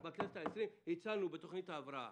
בכנסת העשרים הצלנו בתוכנית ההבראה.